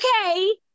Okay